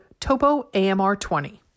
TOPOAMR20